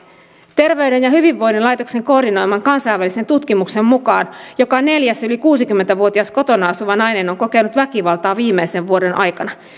terveyden ja hyvinvoinnin laitoksen koordinoiman kansainvälisen tutkimuksen mukaan joka neljäs yli kuusikymmentä vuotias kotona asuva nainen on kokenut väkivaltaa viimeisen vuoden aikana